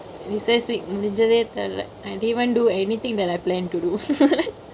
recess week முடிஞ்சதே தெரில:mudinjathe terile I didn't even do anythingk that I plan to do